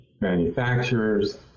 manufacturers